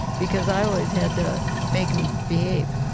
because i always had to make em behave.